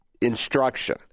instruction